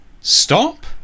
Stop